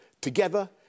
together